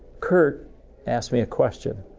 kurt asked me a question,